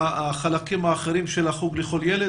החלקים האחרים של חוג לכל ילד